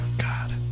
God